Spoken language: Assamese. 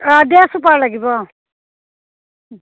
অঁ ডে ছুপাৰ লাগিব অঁ